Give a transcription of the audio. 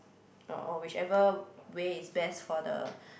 or whichever way is best for the